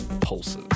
pulses